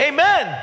Amen